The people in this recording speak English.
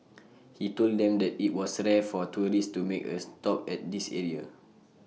he told them that IT was Sara for tourists to make A stop at this area